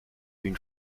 une